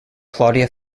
claudia